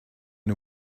the